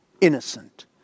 innocent